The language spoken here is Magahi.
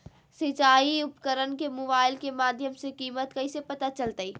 सिंचाई उपकरण के मोबाइल के माध्यम से कीमत कैसे पता चलतय?